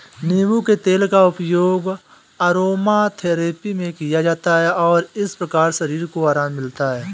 नींबू के तेल का उपयोग अरोमाथेरेपी में किया जाता है और इस प्रकार शरीर को आराम मिलता है